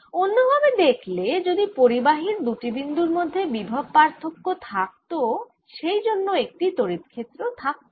অন্য ভাবে দেখলে যদি পরিবাহীর দুটি বিন্দুর মধ্যে বিভব পার্থক্য থাকত সেই জন্য একটি তড়িৎ ক্ষেত্র থাকতই